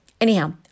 Anyhow